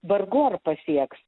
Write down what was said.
vargu ar pasieks